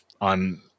on